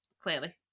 Clearly